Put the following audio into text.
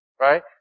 right